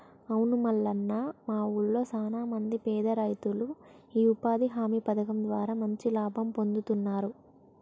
అవును మల్లన్న మా ఊళ్లో సాన మంది పేద రైతులు ఈ ఉపాధి హామీ పథకం ద్వారా మంచి లాభం పొందుతున్నారు